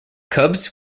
cubs